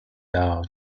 out